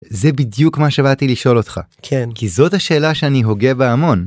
זה בדיוק מה שבאתי לשאול אותך, כי זאת השאלה שאני הוגה בה המון.